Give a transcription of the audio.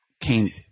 came